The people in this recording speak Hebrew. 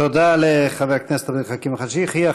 תודה לחבר הכנסת עבד אל חכים חאג' יחיא.